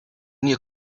new